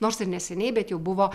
nors ir neseniai bet jau buvo